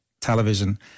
television